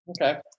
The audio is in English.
Okay